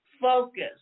focus